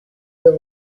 the